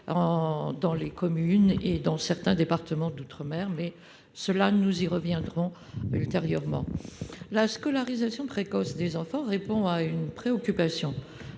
pour les communes et certains départements d'outre-mer. Nous y reviendrons ultérieurement. La scolarisation précoce des enfants répond à une préoccupation